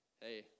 Hey